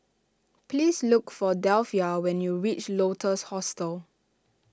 please look for Delphia when you reach Lotus Hostel